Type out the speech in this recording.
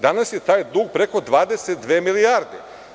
Danas je taj dug preko 22 milijarde.